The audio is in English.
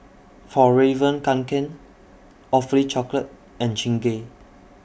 Fjallraven Kanken Awfully Chocolate and Chingay